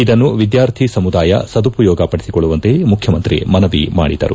ಇದನ್ನು ವಿದ್ಗಾರ್ಥಿ ಸಮುದಾಯ ಸದುಪಯೋಗ ಪಡಿಸಿಕೊಳ್ಳುವಂತೆ ಮುಖ್ಯಮಂತ್ರಿ ಮನವ ಮಾಡಿದರು